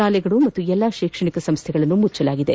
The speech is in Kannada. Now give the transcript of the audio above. ಶಾಲೆಗಳು ಮತ್ತು ಎಲ್ಲಾ ಶೈಕ್ಷಣಿಕ ಸಂಸ್ಥೆಗಳನ್ನು ಮುಚ್ಚಲಾಗಿದೆ